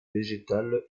végétale